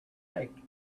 snake